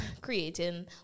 creating